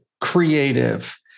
creative